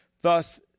Thus